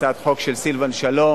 הצעת חוק של סילבן שלום,